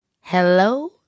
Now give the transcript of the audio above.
Hello